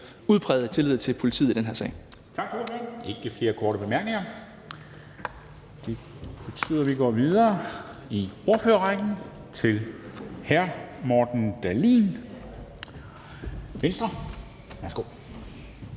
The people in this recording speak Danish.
udprægede tillid til politiet i den her sag